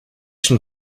schon